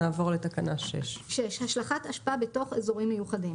נעבור לתקנה 6. השלכת אשפה בתוך אזורים מיוחדים